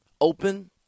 open